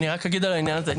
אני רק אגיד על העניין הזה,